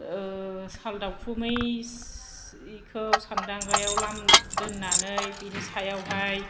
ओह साल दावखुमै इखौ सानदांगायाव दोनानै बिनि सायावहाय